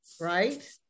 right